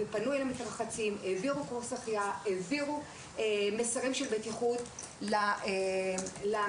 הן העבירו מסרים של בטיחות למתרחצים.